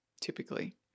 typically